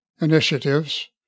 initiatives